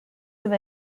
have